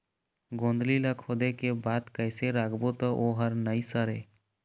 गोंदली ला खोदे के बाद कइसे राखबो त ओहर नई सरे?